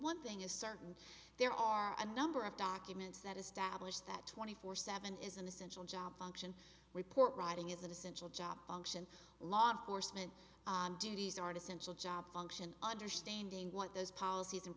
one thing is certain there are a number of documents that establish that twenty four seven is an essential job function report writing is an essential job function law enforcement duties are to central job function understanding what those policies and